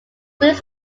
wings